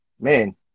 man